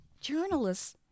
journalists